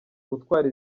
gutwara